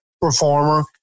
performer